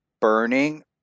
burning